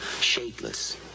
shapeless